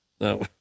No